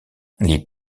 les